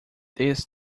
this